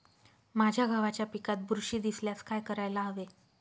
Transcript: माझ्या गव्हाच्या पिकात बुरशी दिसल्यास काय करायला हवे?